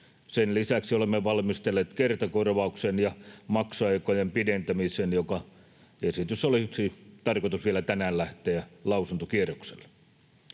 Sen lisäksi olemme valmistelleet kertakorvauksen ja maksuaikojen pidentämisen, jonka esitys olisi tarkoitus vielä tänään lähteä lausuntokierrokselle.